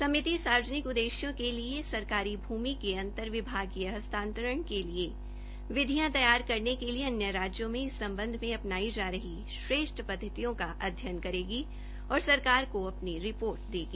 समिति सार्वजनिक उद्देश्यों के लिए सरकारी भूमि के अन्तर विभागीय हस्तांतरण के लिए विधियां तैयार करने के लिए अन्य राज्यों में इस सम्बन्ध में अपनाई जा रही श्रेष्ठ पदघतियों का अध्ययन करेगी और सरकार को अपनी रिपोर्ट देगी